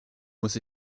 muss